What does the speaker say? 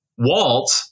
Walt